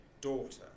daughter